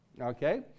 Okay